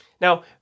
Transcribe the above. Now